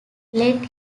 let